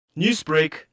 Newsbreak